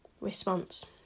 response